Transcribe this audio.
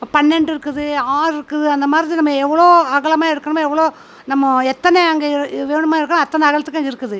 பன்னெண்டு இருக்குது ஆறு இருக்குது அந்தமாதிரி நம்ம எவ்வளோ அகலமாக எடுக்கணுமோ எவ்வளோ நம்ம எத்தனை அங்கே வேணுமோ அங்கு அத்தனை அகலத்துக்கு இருக்குது